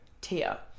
Tia